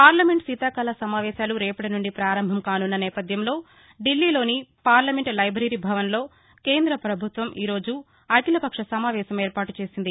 parliament శీతాకాల సమావేశాలు రేపటినుండి పారంభం కాసున్న నేపధ్యంలో ఢిల్లీలోని పార్లమెంట్ లైబరీభవన్లో కేంద్ర ప్రభుత్వం ఈరోజు అఖిలపక్ష సమావేశం ఏర్పాటుచేసింది